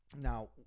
Now